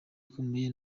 akomeye